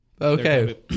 Okay